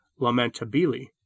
Lamentabili